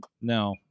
no